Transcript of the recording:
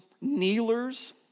kneelers